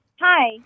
Hi